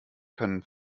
können